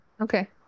Okay